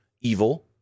Evil